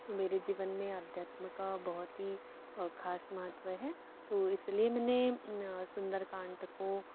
तो मेरे जीवन में अध्यात्म का बहुत ही ख़ास महत्व है तो इसलिए मैंने सुंदरकांड को